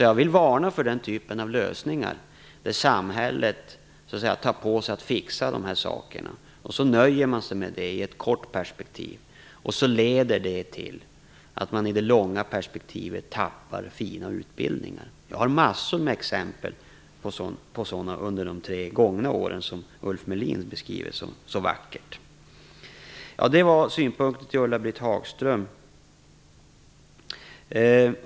Jag vill varna för den typen av lösningar där samhället tar på sig att fixa sådana här saker. Sedan nöjer man sig med detta i det korta perspektivet. Men det leder till att man i det långa perspektivet tappar fina utbildningar. Jag har en mängd exempel på det från de tre gångna åren, vilka Ulf Melin däremot mycket vackert beskriver. Så långt mina synpunkter till Ulla-Britt Hagström.